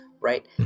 Right